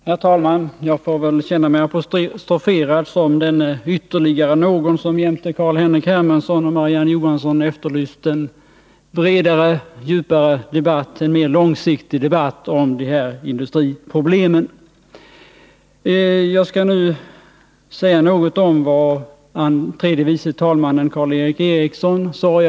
Herr talman! Jag får väl känna mig apostroferad som denne ”ytterligare någon” som jämte Carl-Henrik Hermansson och Marie-Ann Johansson efterlyste en bredare, djupare och mer långsiktig debatt om de här industriproblemen. Jag skall nu säga något om det som tredje vice talmannen Karl Erik Eriksson tog upp.